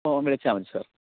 വിളിച്ചാൽ മതി സർ